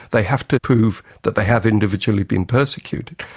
they have to prove that they have individually been persecuted,